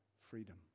Freedom